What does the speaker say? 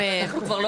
אני מחזיקה פה